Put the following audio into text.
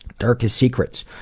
darkest secrets?